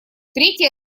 третий